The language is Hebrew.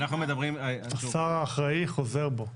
השר האחראי חוזר בו.